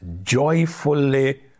joyfully